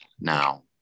now